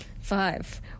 five